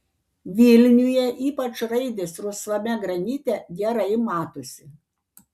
vilniuje ypač raidės rusvame granite gerai matosi